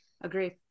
Agree